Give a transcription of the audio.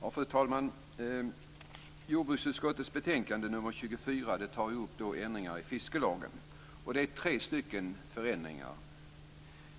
Fru talman! I jordbruksutskottets betänkande nr 24 tas upp ändringar i fiskelagen. Det är tre förändringar.